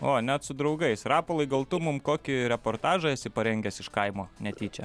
o net su draugais rapolai gal tu mum kokį reportažą esi parengęs iš kaimo netyčia